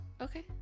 Okay